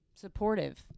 Supportive